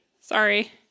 Sorry